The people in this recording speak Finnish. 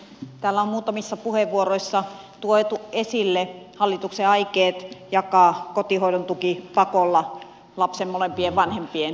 täällä on muutamissa puheenvuoroissa tuotu esille hallituksen aikeet jakaa kotihoidon tuki pakolla lapsen molempien vanhempien kesken